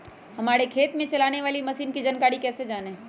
हमारे खेत में चलाने वाली मशीन की जानकारी कैसे जाने?